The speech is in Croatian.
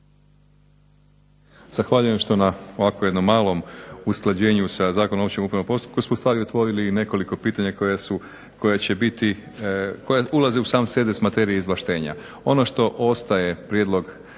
zahvaljujem što na ovako jednom malom usklađenju sa Zakonom o općem upravnom postupku smo sad otvorili i nekoliko pitanja koja će biti, koja ulaze u sam … materije izvlaštenja. Ono što ostaje prijedlog